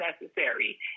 necessary